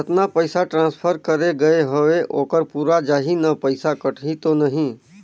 जतना पइसा ट्रांसफर करे गये हवे ओकर पूरा जाही न पइसा कटही तो नहीं?